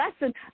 lesson